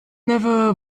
neffe